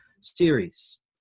series